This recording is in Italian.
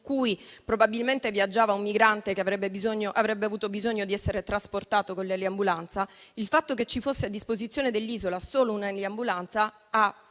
su cui viaggiava un migrante che probabilmente avrebbe avuto bisogno di essere trasportato con l'eliambulanza. Il fatto che ci fosse a disposizione dell'isola solo una eliambulanza ha